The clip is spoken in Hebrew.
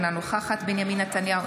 אינה נוכחת בנימין נתניהו,